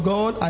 God